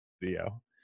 video